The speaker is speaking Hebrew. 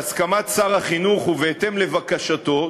בהסכמת שר החינוך ובהתאם לבקשתו,